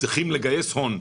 צריכים לגייס הון.